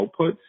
outputs